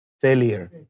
failure